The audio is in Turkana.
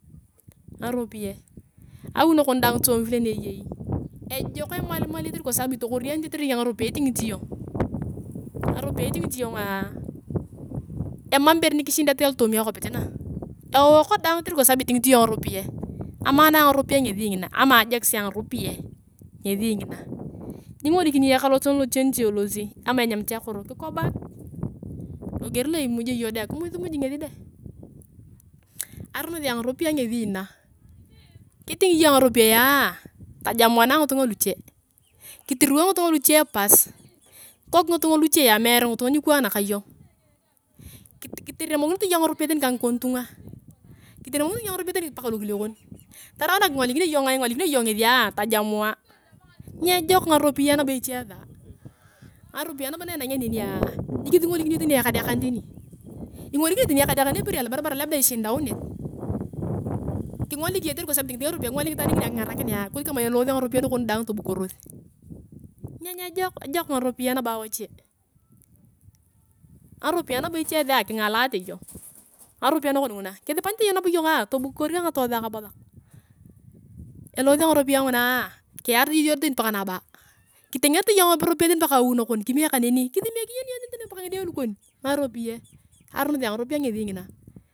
Ngaropiyae, awi nakon daang tomi vile ni eyei, ejok emalmali kwa sabu itokorianit kotere ngaropiyae itingit iyong. Ngaropiyae itingit iyong emare ibore nikichindat iyong alotoomi akopit na, ewookok daang kotere itingit iyong ngaropiyae amaan angaropiyae ngesi ngina ama ajekis angaropiyae ngesi ngina. Nyingolikini iyong ekaloton loche nitielosi ama enyemit akoro kikobak logier loa imujea iyong ngaropiyaea tajamuana ngitunga luche kitirirwo ngitunga luche pas, kok ngitung luchea mere ngitunga nikwaan ka yong kiteremokinete iyong ngaropi tani ka ngikon tunga kiteremokinete ngapiyae tani paka lokiliekon, tarau nakingolikinia iyong ngesia tojamua nyejok ngaropiae nabo echee saa ngaropiyae nabo naenangea nenia nikisingolikini iyong tani ekadekan tani ingolikini iyong tani ekadekani eperi alobarabar labda ichindaunit kingolik iyong kotere itingit ngaropiyae kingoliki itaan ngini akingarakinea ikoni kama elosi ngaropiyae nakon daang tobukoros. Na nyejok nyejok ngaropiyae nabo a wache ngaropiyae nabo eche saa kingalate iyong, ngaropiyae nakon nguna kisipanyete nabo iyongaa talakar angatotha kabosak elose ngaropiyae ngunaa kiyarete iyong tani paka naba kitengerete iyong ngaropiyae tani awi nakon kime kaneni kisimekinete tani ngidee lukon ngaropiyae aronia angaropiyae ngesi ngina.